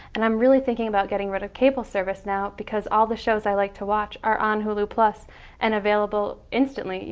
and i'm really thinking about getting rid of cable service now because all the shows i like to watch are on hulu plus and available instantly,